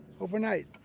Overnight